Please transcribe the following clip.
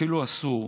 ואפילו אסור,